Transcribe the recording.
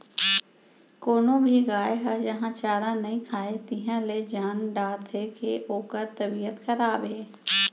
कोनो भी गाय ह जहॉं चारा नइ खाए तिहॉं ले जान डारथें के ओकर तबियत खराब हे